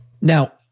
Now